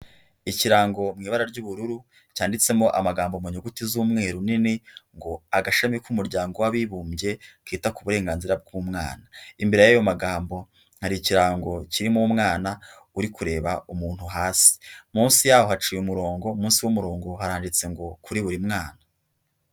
Ikirango mu ibara ry'ubururu cyanditsemo amagambo mu nyuguti z'umweru nini ngo "agashami k'umuryango w'abibumbye kita ku burenganzira bw'umwana", imbere y'ayo magambo hari ikirango kirimo umwana uri kureba umuntu hasi, munsi yaho haciye umurongo, munsi w'umurongo haranditse ngo "kuri buri mwana".